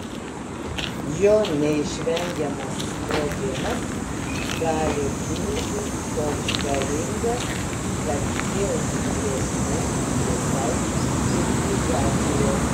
jo neišvengiamas sprogimas gali būti toks galingas kad kils grėsmė visai civilizacijai